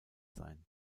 sein